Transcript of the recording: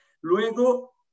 Luego